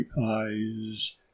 eyes